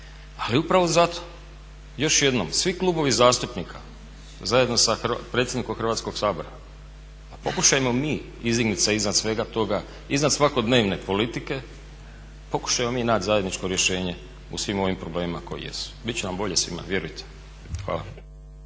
Ali upravo zato, još jednom, svi klubovi zastupnika zajedno sa predsjednikom Hrvatskog sabora pa pokušajmo mi izdignut se iznad svega toga, iznad svakodnevne politike, pokušajmo mi naći zajedničko rješenje u svim ovim problemima koji jesu. Bit će nam bolje svima, vjerujte. Hvala.